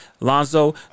Lonzo